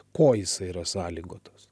ko jisai yra sąlygotas